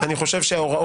אני לא, אני לא.